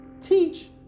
teach